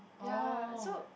ya so